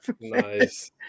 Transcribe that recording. nice